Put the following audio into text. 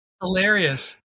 Hilarious